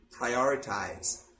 prioritize